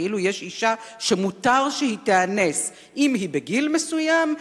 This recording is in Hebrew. כאילו יש אשה שמותר שהיא תיאנס אם היא בגיל מסוים,